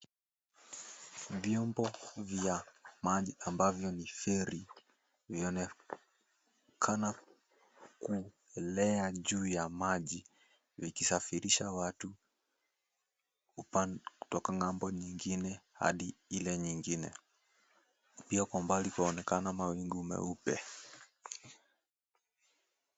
Viombo vya maji ambavyo ni feri, imeonekana kuelea juu ya maji ikisafirisha watu kutoka ng'ambo nyingine hadi ile nyingine. Pia kwa umbali kwaonekana mawingu meupe.